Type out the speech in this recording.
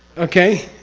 okay?